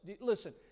Listen